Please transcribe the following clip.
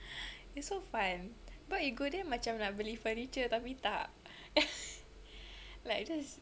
it's so fun but you go there macam nak beli furniture tapi tak like just